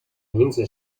名字